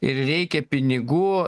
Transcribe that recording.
ir reikia pinigų